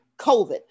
COVID